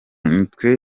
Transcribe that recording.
nitwe